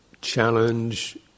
challenge